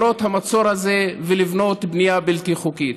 למרות המצור הזה ולבנות בנייה בלתי חוקית.